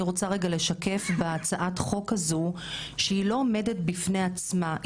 רוצה לשקף בהצעת החוק הזאת שהיא בעצם לא עומדת בפני עצמה.